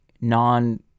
non